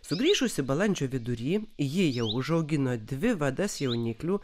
sugrįžusi balandžio vidury ji jau užaugino dvi vadas jauniklių